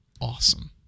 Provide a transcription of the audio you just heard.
awesome